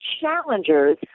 challengers